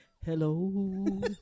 Hello